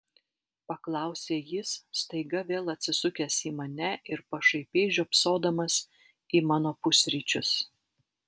paklausė jis staiga vėl atsisukęs į mane ir pašaipiai žiopsodamas į mano pusryčius